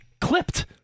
clipped